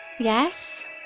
Yes